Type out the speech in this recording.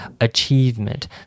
achievement